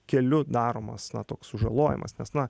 keliu daromas na toks sužalojimas nes na